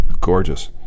gorgeous